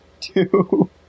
Two